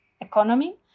economy